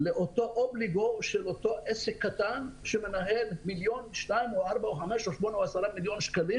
לאותו אובליגו של אותו עסק קטן שמנהל בין מיליון ל-10 מיליון שקלים.